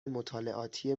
مطالعاتی